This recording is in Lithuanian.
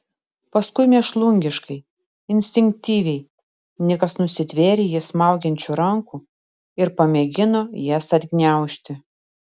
paskui mėšlungiškai instinktyviai nikas nusitvėrė jį smaugiančių rankų ir pamėgino jas atgniaužti